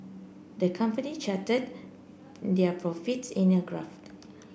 the company charted their profits in a graph